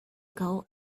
ago